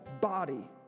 body